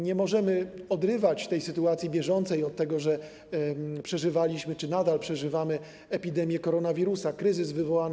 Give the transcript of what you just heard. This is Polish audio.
Nie możemy odrywać tej sytuacji bieżącej od tego, że przeżywaliśmy czy nadal przeżywamy epidemię koronawirusa, kryzys tym wywołany.